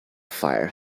fire